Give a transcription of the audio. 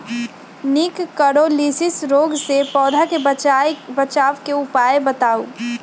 निककरोलीसिस रोग से पौधा के बचाव के उपाय बताऊ?